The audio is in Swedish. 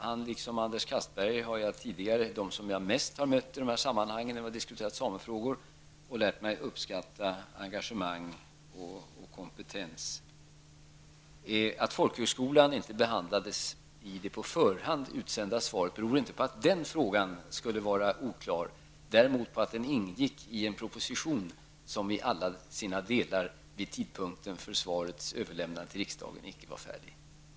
Han, liksom Anders Castberger, är de som jag mest har mött när vi diskuterat samefrågor, och jag har lärt mig att uppskatta deras engagemang och kompetens. Att folkhögskolan inte behandlades i det på förhand utsända interpellationssvaret beror inte på att den frågan skulle vara oklar. Det beror i stället på att den behandlas i en proposition som i alla sina delar inte var färdig när interpellationssvaret utarbetades.